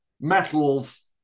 metals